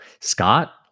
Scott